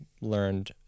learned